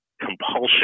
compulsion